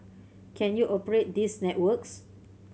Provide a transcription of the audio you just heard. can you operate these networks